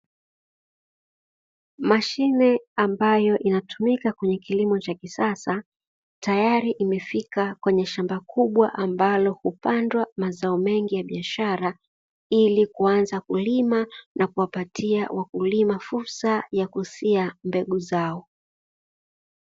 Mashine ambayo inatumika kwenye kilimo cha kisasa, tayari imefika kwenye shamba kubwa ambalo hupandwa mazao mengi ya biashara, ili kuanza kulima na kuwapatia wakulima fursa ya kusia mbegu zao.